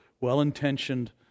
well-intentioned